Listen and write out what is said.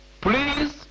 please